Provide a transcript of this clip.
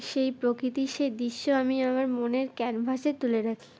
সেই প্রকৃতির সেই দৃশ্য আমি আমার মনের ক্যানভাসে তুলে রাখি